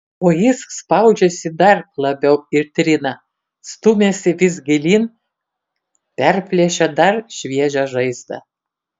o jis spaudžiasi dar labiau ir trina stumiasi vis gilyn perplėšia dar šviežią žaizdą